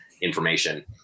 information